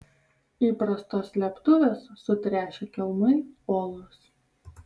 įprastos slėptuvės sutręšę kelmai olos